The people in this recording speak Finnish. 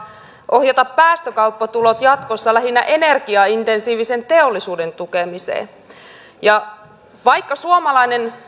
ohjata päästökauppatulot jatkossa lähinnä energiaintensiivisen teollisuuden tukemiseen vaikka suomalainen